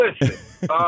listen